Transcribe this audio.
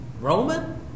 Roman